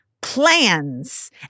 plans